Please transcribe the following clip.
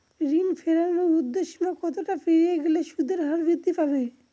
ঋণ ফেরানোর উর্ধ্বসীমা কতটা পেরিয়ে গেলে সুদের হার বৃদ্ধি পাবে?